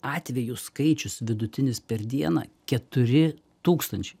atvejų skaičius vidutinis per dieną keturi tūkstančiai